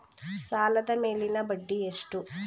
ಸಾಲದ ಮೇಲಿನ ಬಡ್ಡಿ ಎಷ್ಟು?